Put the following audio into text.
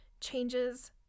changes